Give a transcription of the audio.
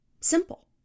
simple